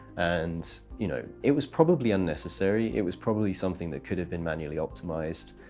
and, you know, it was probably unnecessary. it was probably something that could have been manually optimized.